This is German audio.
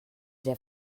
der